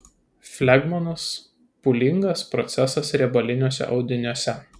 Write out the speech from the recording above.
flegmonas pūlingas procesas riebaliniuose audiniuose